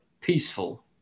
peaceful